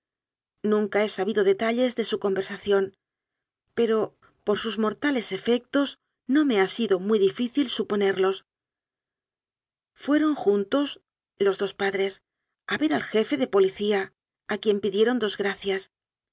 nunca he sabido detalles de su conversación pero por sus morta les efectos no me ha sido muy difícil suponerlos fueron juntos los dos padres a ver al jefe de policía a quien pidieron dos gracias